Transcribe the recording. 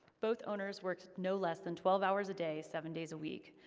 both owners worked no less than twelve hours a day, seven days a week,